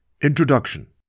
Introduction